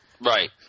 Right